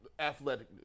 athletic